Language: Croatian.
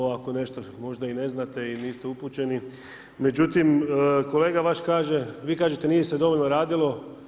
Ovako možda i ne znate i niste upućeni, međutim kolega vaš kaže, vi kažete nije se dovoljno radilo.